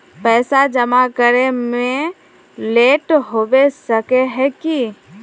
पैसा जमा करे में लेट होबे सके है की?